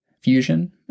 fusion